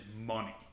money